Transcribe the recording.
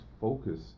focus